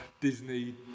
Disney